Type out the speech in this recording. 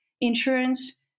insurance